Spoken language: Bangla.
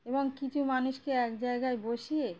এবং কিছু মানুষকে এক জায়গায় বসিয়ে